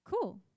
Cool